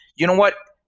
you know what?